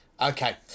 Okay